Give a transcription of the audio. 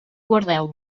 guardeu